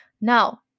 Now